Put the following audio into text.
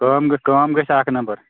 کٲم گژھِ کٲم گژھِ اَکھ نمبر